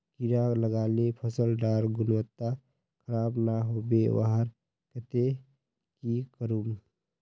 कीड़ा लगाले फसल डार गुणवत्ता खराब ना होबे वहार केते की करूम?